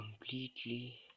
completely